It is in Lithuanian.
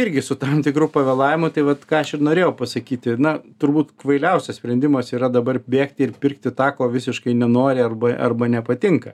irgi su tam tikru pavėlavimu tai vat ką aš ir norėjau pasakyti na turbūt kvailiausias sprendimas yra dabar bėgti ir pirkti tą ko visiškai nenori arba arba nepatinka